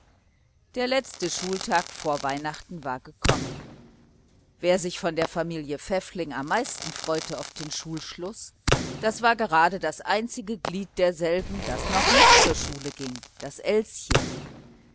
der letzte schultag vor weihnachten war gekommen wer sich von der familie pfäffling am meisten freute auf den schulschluß das war gerade das einzige glied derselben das noch nicht zur schule ging das elschen